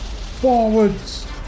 forwards